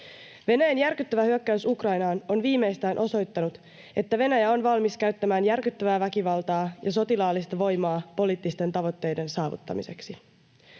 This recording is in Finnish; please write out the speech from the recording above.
Venäjän järkyttävä hyökkäys Ukrainaan on viimeistään osoittanut, että Venäjä on valmis käyttämään järkyttävää väkivaltaa ja sotilaallista voimaa poliittisten tavoitteiden saavuttamiseksi.